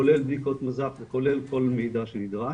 כולל בדיקות מז"פ וכולל כל מידע שנדרש